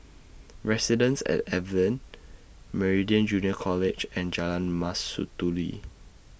Residences At Evelyn Meridian Junior College and Jalan Mastuli